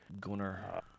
gunner